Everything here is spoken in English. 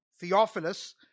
Theophilus